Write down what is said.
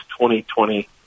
2020